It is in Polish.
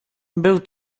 był